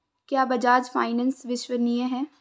क्या बजाज फाइनेंस विश्वसनीय है?